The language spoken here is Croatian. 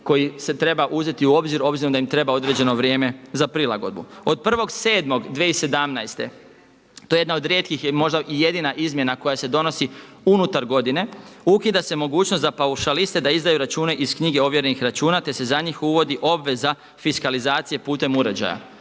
koji se treba uzeti u obzir obzirom da im treba određeno vrijeme za prilagodbu. Od 1.7.2017. to je jedna od rijetkih i možda jedina izmjena koja se donosi unutar godine, ukida se mogućnost za paušaliste da izdaju račune iz knjige ovjerenih računa, te se za njih uvodi obveza fiskalizacije putem uređaja.